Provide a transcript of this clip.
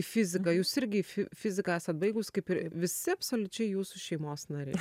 į fiziką jūs irgi fi fiziką esat baigus kaip ir visi absoliučiai jūsų šeimos nariai